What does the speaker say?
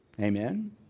Amen